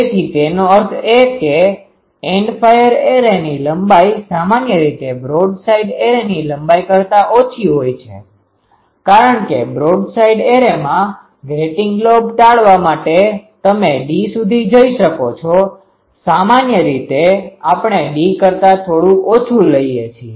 તેથી તેનો અર્થ એ કે એન્ડ ફાયર એરેની લંબાઈ સામાન્ય રીતે બ્રોડસાઇડ એરેની લંબાઈ કરતા ઓછી હોય છે કારણ કે બ્રોડસાઇડ એરેમા ગ્રેટીંગ લોબ ટાળવા માટે તમે d સુધી જઈ શકો છો સામાન્ય રીતે આપણે d કરતા થોડું ઓછું લઈએ છીએ